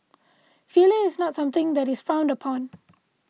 failure is not something that is frowned upon